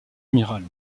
amiral